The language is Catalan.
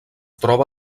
troba